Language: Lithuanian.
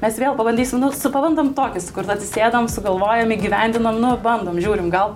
mes vėl pabandysim nu su pabandom tokį sukurt atsisėdam sugalvojam įgyvendinam nu bandom žiūrim gal